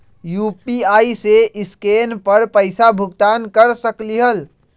UPI से scan कर पईसा भुगतान कर सकलीहल?